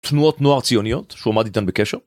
תנועות נוער ציוניות שהוא עמד איתן בקשר